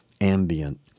ambient